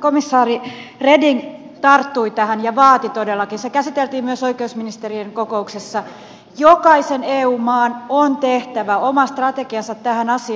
komissaari reding tarttui tähän ja vaati todellakin se käsiteltiin myös oikeusministerien kokouksessa että jokaisen eu maan on tehtävä oma strategiansa tähän asiaan